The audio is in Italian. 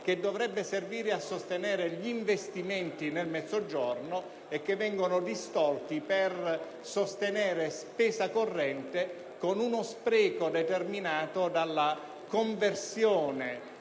che dovrebbe servire a sostenere gli investimenti nel Mezzogiorno e le cui risorse vengono distolte per sostenere spesa corrente, con uno spreco determinato dalla conversione